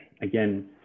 again